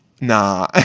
nah